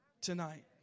tonight